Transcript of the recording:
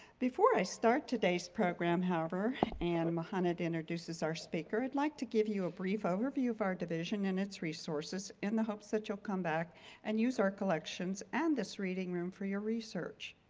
before i start today's program however and and muhannad introduces our speaker, i'd like to give you a brief overview of our division and its resources in the hopes that you'll come back and use our collections and this reading room for your research.